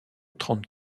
trente